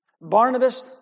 Barnabas